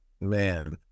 Man